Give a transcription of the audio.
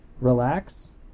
relax